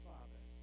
Father